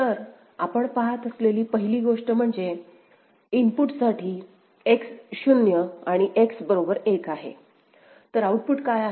तर आपण पहात असलेली पहिली गोष्ट म्हणजे इनपुट साठी X 0 आणि X बरोबर 1 आहे तर आउटपुट काय आहेत